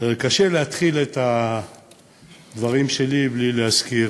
קשה להתחיל את הדברים שלי בלי להזכיר